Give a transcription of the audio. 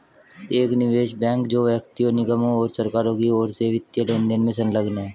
एक निवेश बैंक जो व्यक्तियों निगमों और सरकारों की ओर से वित्तीय लेनदेन में संलग्न है